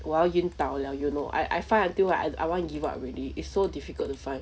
我要晕倒 liao you know I I find until I wa~ I want to give up already it's so difficult to find